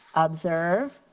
observe